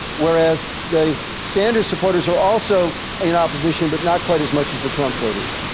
whereas the sanders supporters are also in opposition, but not quite as much as the trump voters.